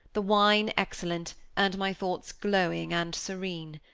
the wine excellent, and my thoughts glowing and serene.